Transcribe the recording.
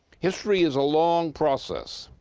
history is a long process.